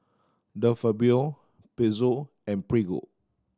De Fabio Pezzo and Prego